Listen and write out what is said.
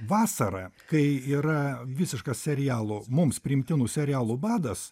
vasarą kai yra visiškas serialų mums priimtinų serialų badas